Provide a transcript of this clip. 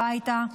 הביתה,